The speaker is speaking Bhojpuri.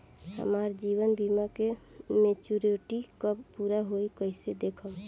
हमार जीवन बीमा के मेचीयोरिटी कब पूरा होई कईसे देखम्?